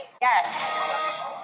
Yes